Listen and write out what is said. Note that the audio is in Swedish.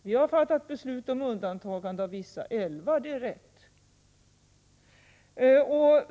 Vi har fattat beslut om undantagande av vissa älvar, det är rätt.